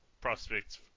prospects